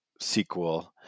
SQL